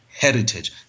heritage